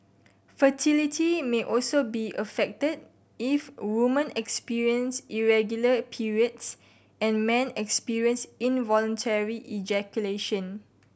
fertility may also be affected if women experience irregular periods and men experience involuntary ejaculation